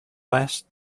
last